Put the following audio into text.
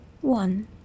One